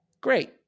great